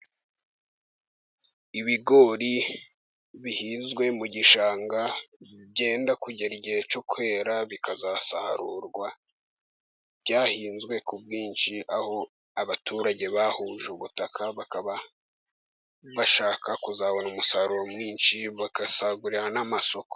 Ibigori bihinzwe mu gishanga byenda kugera igihe cyo kwera bikazasarurwa. Byahinzwe ku bwinshi aho abaturage bahuje ubutaka bakaba bashaka kuzabona umusaruro mwinshi bagasagurira n'amasoko.